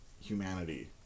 humanity